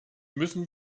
müssen